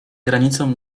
granicą